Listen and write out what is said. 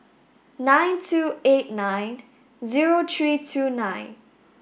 nine two eight nine zero three two nine